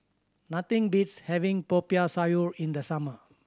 nothing beats having Popiah Sayur in the summer